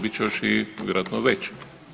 Bit će još i vjerojatno veći.